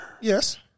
Yes